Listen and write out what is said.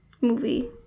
movie